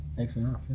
excellent